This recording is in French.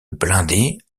blindée